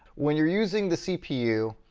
when you're using the cpu,